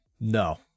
No